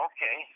Okay